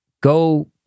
go